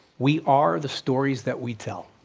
we are the stories that we tell.